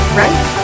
right